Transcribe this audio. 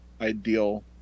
ideal